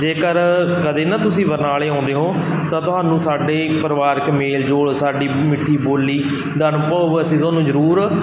ਜੇਕਰ ਕਦੇ ਨਾ ਤੁਸੀਂ ਬਰਨਾਲੇ ਆਉਂਦੇ ਹੋ ਤਾਂ ਤੁਹਾਨੂੰ ਸਾਡੇ ਪਰਿਵਾਰਕ ਮੇਲ ਜੋਲ ਸਾਡੀ ਮਿੱਠੀ ਬੋਲੀ ਦਾ ਅਨੁਭਵ ਅਸੀਂ ਤੁਹਾਨੂੰ ਜ਼ਰੂਰ